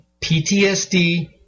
PTSD